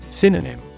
Synonym